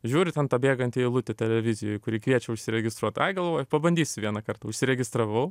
žiūriu ten ta bėganti eilutė televizijoj kuri kviečia užsiregistruot ai galvoju pabandysiu vienąkart užsiregistravau